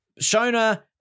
Shona